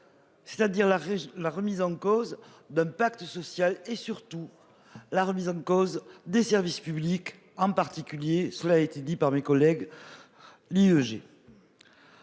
C'est-à-dire la la remise en cause d'un pacte social et surtout la remise en cause des services publics en particulier, cela a été dit par mes collègues.